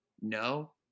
No